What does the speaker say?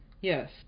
Yes